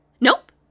Nope